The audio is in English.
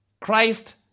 Christ